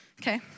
Okay